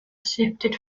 shifted